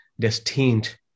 destined